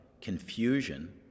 confusion